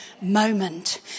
moment